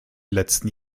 letzten